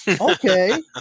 okay